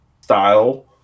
style